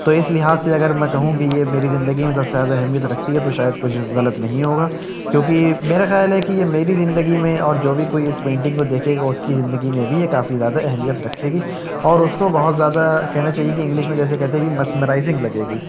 تو اس لحاظ سے اگر میں کہوں کہ یہ میری زندگی میں سب سے زیادہ اہمیت رکھتی ہے تو شاید کچھ غلط نہیں ہوگا کیوںکہ میرے خیال ہے کہ یہ میری زندگی میں اور جو بھی کوئی اس پینٹنگ کو دیکھے گا اس کی زندگی میں بھی یہ کافی زیادہ اہمیت رکھے گی اور اس کو بہت زیادہ کہنا چاہئے کہ انگلش میں جیسے کہتے ہیں کہ مسمرائژنگ لگے گی